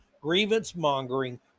grievance-mongering